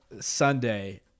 sunday